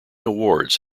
awards